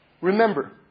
remember